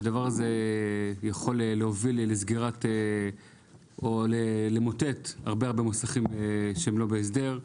שהדבר הזה יכול להוביל לסגור או למוטט הרבה מוסכים שהם לא בהסדר.